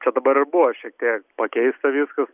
čia dabar ir buvo šiek tiek pakeista viskas